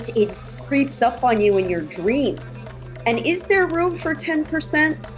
it creeps up on you in your dreams and is there room for ten percent?